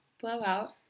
blowout